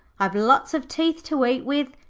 i've lots of teeth to eat with,